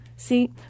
See